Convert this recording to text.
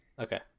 Okay